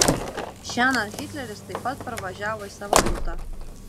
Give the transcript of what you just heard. šiąnakt hitleris taip pat parvažiavo į savo butą